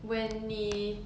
when 你